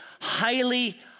highly